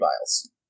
vials